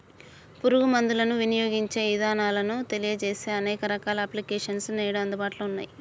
పురుగు మందులను వినియోగించే ఇదానాలను తెలియజేసే అనేక రకాల అప్లికేషన్స్ నేడు అందుబాటులో ఉన్నయ్యి